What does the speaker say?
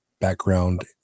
background